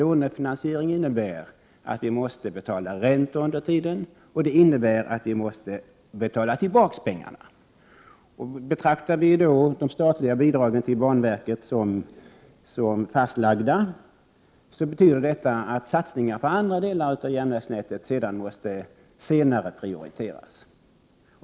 Lånefinansiering innebär att vi måste betala räntor under tiden, och den innebär att vi måste betala tillbaka pengarna. Betraktar vi då de statliga bidragen till banverket som fastlagda, betyder detta att satsningar på andra delar av järnvägsnätet måste senareläggas.